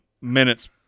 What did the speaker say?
minutes